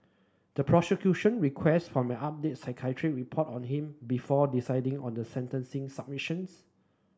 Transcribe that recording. the prosecution requested for an updated psychiatric report on him before deciding on the sentencing submissions